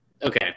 Okay